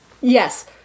yes